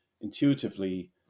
intuitively